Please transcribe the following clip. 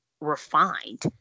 refined